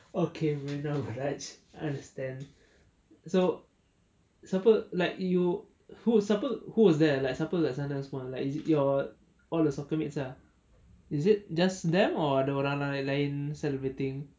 okay now let's understand so siapa like you who siapa who was there like siapa kat sana semua like is it your all your soccer mates ah is it just them or ada orang lain celebrating